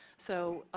so,